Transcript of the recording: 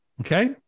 Okay